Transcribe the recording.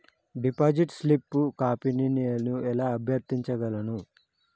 Deposit slip కాపీని నేను ఎలా అభ్యర్థించగలను?